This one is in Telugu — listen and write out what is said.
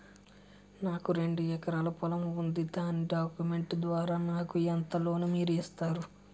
నాకు రెండు ఎకరాల పొలం ఉంది దాని డాక్యుమెంట్స్ ద్వారా నాకు ఎంత లోన్ మీరు ఇస్తారు?